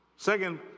Second